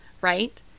right